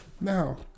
Now